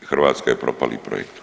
Hrvatska je propali projekt.